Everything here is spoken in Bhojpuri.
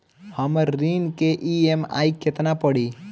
हमर ऋण के ई.एम.आई केतना पड़ी?